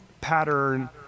pattern